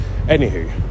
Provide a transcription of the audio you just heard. Anywho